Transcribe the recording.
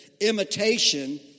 imitation